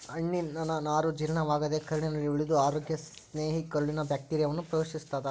ಹಣ್ಣಿನನಾರು ಜೀರ್ಣವಾಗದೇ ಕರಳಲ್ಲಿ ಉಳಿದು ಅರೋಗ್ಯ ಸ್ನೇಹಿ ಕರುಳಿನ ಬ್ಯಾಕ್ಟೀರಿಯಾವನ್ನು ಪೋಶಿಸ್ತಾದ